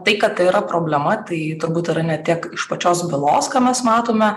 tai kad tai yra problema tai turbūt yra ne tiek iš pačios bylos ką mes matome